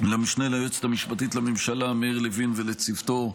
למשנה ליועצת המשפטית לממשלה אמיר לוין ולצוותו,